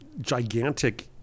gigantic